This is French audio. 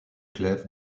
clèves